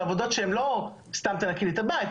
עבודות שהם לא סתם תנקי לי את הבית,